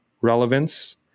relevance